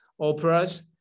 operas